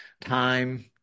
time